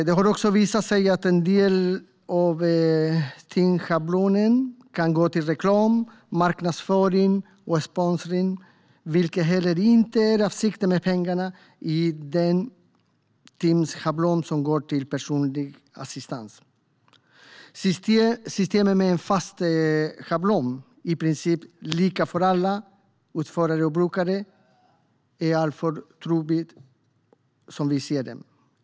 Det har också visat sig att en del av timschablonens ersättning kan gå till reklam, marknadsföring och sponsring, vilket inte är avsikten med timschablonens ersättning som ska gå till personlig assistans. Systemet med en fast schablon, i princip lika för alla utförare och brukare, är alltför trubbigt, som vi ser det.